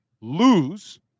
lose